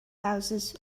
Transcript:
houses